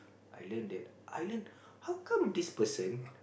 I learn that I learn how come this person